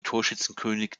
torschützenkönig